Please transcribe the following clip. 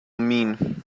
mean